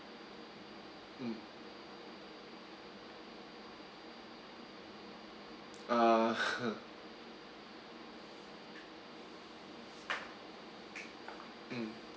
mm uh mm